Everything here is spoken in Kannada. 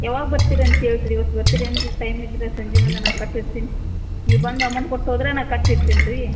ಯಾವಾಗ ಬರ್ತೀರಿ ಅಂತ ಹೇಳ್ತೀರಿ ಇವತ್ತು ಬರ್ತಿರೇನು ರೀ ಟೈಮ್ ಇದ್ದರೆ ಸಂಜೆ ಮುಂದೆ ನಾ ಕಟ್ಟಿರ್ತೀನಿ ನೀವು ಬಂದು ಅಮೌಂಟ್ ಕೊಟ್ಟು ಹೋದರೆ ನಾ ಕಟ್ಟಿಡ್ತೀನಿ ರೀ